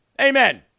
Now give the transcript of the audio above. Amen